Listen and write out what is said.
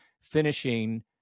finishing